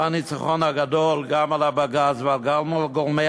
הוא הניצחון הגדול גם על הבג"ץ וגם מול גורמי